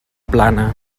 plana